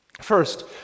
First